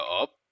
up